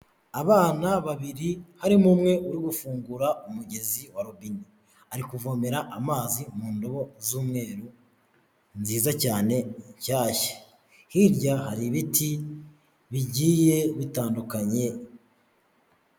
Abana babiri harimo umwe uri gufungura umugezi wa robine, ari kuvomera amazi mu ndobo z'umweru nziza cyane nshyashya, hirya hari ibiti bigiye bitandukanye.